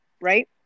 Right